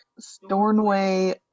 Stornway